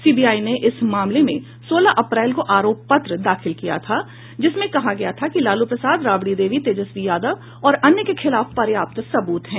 CBI ने इस मामले में सोलह अप्रैल को आरोप पत्र दाखिल किया था जिसमें कहा गया था कि लालू प्रसाद राबड़ी देवी तेजस्वी यादव और अन्य के खिलाफ पर्याप्त सबूत हैं